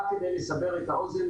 רק כדי לסבר את האוזן,